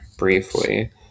briefly